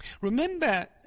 Remember